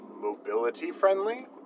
mobility-friendly